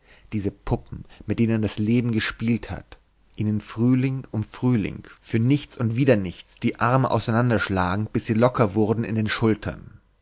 diese puppen mit denen das leben gespielt hat ihnen frühling um frühling für nichts und wieder nichts die arme auseinanderschlagend bis sie locker wurden in den schultern